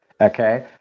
Okay